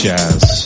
jazz